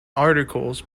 articles